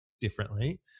differently